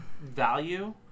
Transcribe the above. value